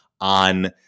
on